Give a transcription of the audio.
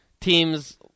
team's